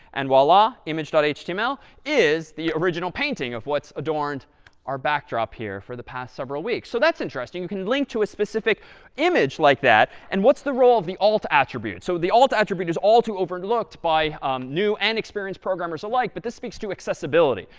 and voila, image but image html is the original painting of what's adorned our backdrop here for the past several weeks. so that's interesting. you can link to a specific image like that. and what's the role of the alt attribute? so the alt attribute is all too overlooked by new and experienced programmers alike, but this speaks to accessibility.